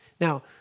Now